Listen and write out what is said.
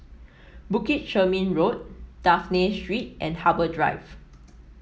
Bukit Chermin Road Dafne Street and Harbour Drive